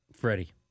Freddie